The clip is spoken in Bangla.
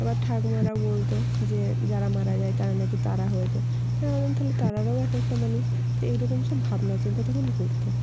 আবার ঠাকুমারা বলত যে যারা মারা যায় তারা নাকি তারা হয়ে যায় তা আমি ভাবলাম তাহলে তারারাও এক একটা মানুষ তো এইরকম সব ভাবনাচিন্তা তখন ঘটতো